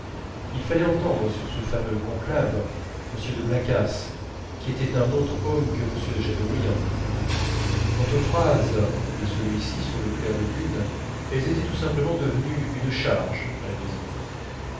il fallait entendre sur ce fameux conclave m de blacas qui était un autre homme que m de chateaubriand quant aux phrases de celui-ci sur le clair de lune elles étaient tout simplement devenues une charge à la maison